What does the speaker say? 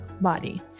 body